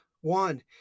One